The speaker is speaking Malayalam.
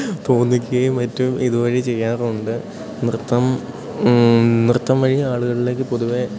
തോന്നിക്കുകയും മറ്റും ഇതു വഴി ചെയ്യാറുണ്ട് നൃത്തം നൃത്തം വഴി ആളുകളിലേക്ക് പൊതുവേ